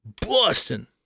busting